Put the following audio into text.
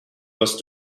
must